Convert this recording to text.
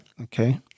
Okay